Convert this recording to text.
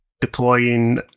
deploying